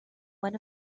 one